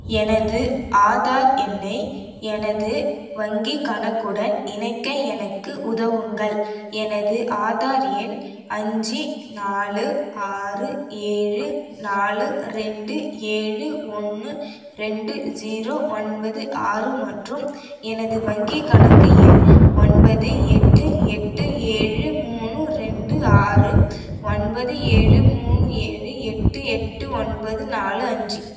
எனது ஆதார் எண்ணை எனது வங்கிக் கணக்குடன் இணைக்க எனக்கு உதவுங்கள் எனது ஆதார் எண் அஞ்சு நாலு ஆறு ஏழு நாலு ரெண்டு ஏழு ஒன்று ரெண்டு ஜீரோ ஒன்பது ஆறு மற்றும் எனது வங்கிக் கணக்கு எண் ஒன்பது எட்டு எட்டு ஏழு மூணு ரெண்டு ஆறு ஒன்பது ஏழு மூணு ஏழு எட்டு எட்டு ஒன்பது நாலு அஞ்சு